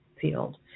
field